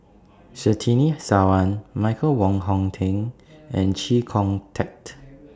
Surtini Sarwan Michael Wong Hong Teng and Chee Kong Tet